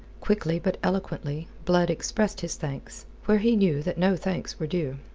quickly, but eloquently, blood expressed his thanks, where he knew that no thanks were due.